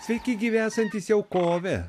sveiki gyvi esantys jau kove